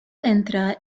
entra